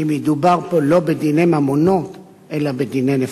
כי מדובר פה לא בדיני ממונות אלא בדיני נפשות.